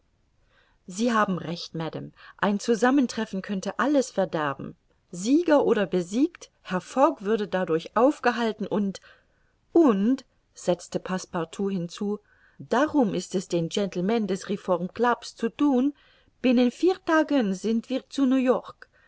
sie haben recht madame ein zusammentreffen könnte alles verderben sieger oder besiegt herr fogg würde dadurch aufgehalten und und setzte passepartout hinzu darum ist es den gentlemen des reformclubs zu thun binnen vier tagen sind wir zu